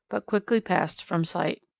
but quickly passed from sight.